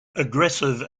aggressive